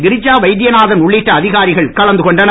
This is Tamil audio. கிரிஜா வைத்தியநாதன் உள்ளிட்ட அதிகாரிகள் கலந்து கொண்டனர்